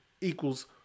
equals